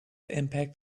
impact